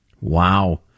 Wow